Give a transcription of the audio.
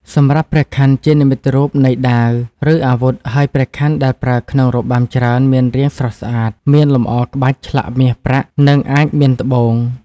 សម្រាប់ព្រះខ័នជានិមិត្តរូបនៃ ដាវ ឬ អាវុធហើយព្រះខ័នដែលប្រើក្នុងរបាំច្រើនមានរាងស្រស់ស្អាត មានលម្អក្បាច់ឆ្លាក់មាសប្រាក់ និងអាចមានត្បូង។